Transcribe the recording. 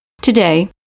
Today